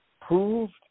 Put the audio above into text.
Proved